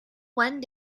one